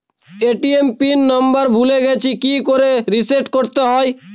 ATM pin number ভুলে গেছি কি করে রিসেট করতে হয়?